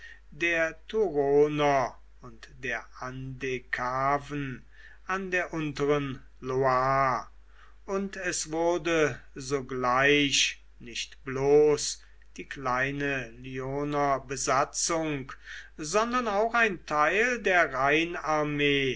der turoner und der andecaven an der unteren loire und es wurde sogleich nicht bloß die kleine lyoner besatzung sondern auch ein teil der